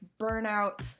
burnout